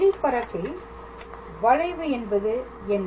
வெளிப்பரப்பில் வளைவு என்பது என்ன